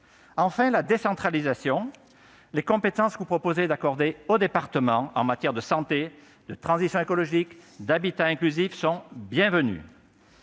à la décentralisation. Les compétences que vous proposez d'accorder aux départements en matière de santé, de transition écologique ou d'habitat inclusif sont bienvenues.